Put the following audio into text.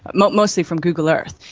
ah but mostly from google earth,